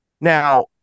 Now